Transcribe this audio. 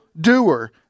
doer